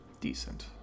Decent